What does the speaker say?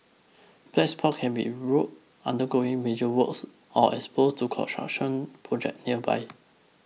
black spots can be road undergoing major works or exposed to construction projects nearby